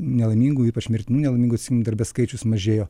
nelaimingų ypač mirtinų nelaimingų atsimenu darbe skaičius mažėjo